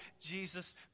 Jesus